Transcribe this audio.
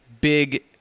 big –